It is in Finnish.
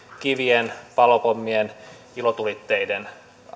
kivien palopommien ilotulitteiden